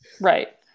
Right